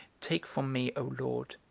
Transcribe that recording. take from me, o lord,